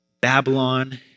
Babylon